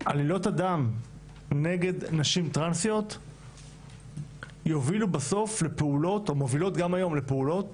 עלילות הדם נגד נשים טרנסיות יובילו בסוף או מובילות גם היום לפעולות